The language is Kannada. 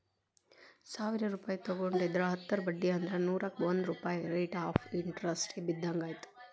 ಸಾವಿರ್ ರೂಪಾಯಿ ತೊಗೊಂಡಿದ್ರ ಹತ್ತರ ಬಡ್ಡಿ ಅಂದ್ರ ನೂರುಕ್ಕಾ ಒಂದ್ ರೂಪಾಯ್ ರೇಟ್ ಆಫ್ ಇಂಟರೆಸ್ಟ್ ಬಿದ್ದಂಗಾಯತು